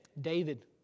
David